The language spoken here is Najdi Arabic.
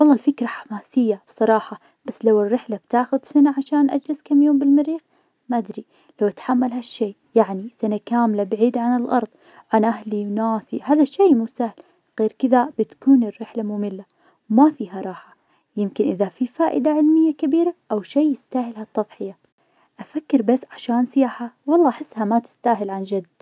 والله فكرة حماسية بصراحة, بس لو الرحلة بتاخد سنة عشان أجلس كم يوم بالمريخ, مادري, لو اتحمل هالشي, يعني سنة كاملة بعيد عن الأرض عن أهلي وناسي, هذا الشي مو سهل, غير كدا بتكون الرحلة مملة وما فيها راحة, يمكن إذا في فائدة علمية كبيرة, أو شي يستاهل هالتضحية أفكر, بس عشان سياحة, والله أحسها ما تستاهل عن جد.